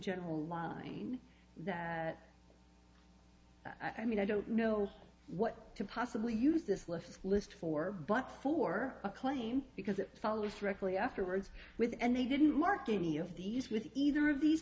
general line that i mean i don't know what to possibly use this lift list for but for a claim because it follows directly afterwards with and they didn't mark any of these with either of these